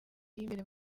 y’imbere